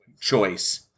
choice